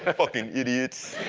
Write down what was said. and fucking idiots.